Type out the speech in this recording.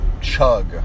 chug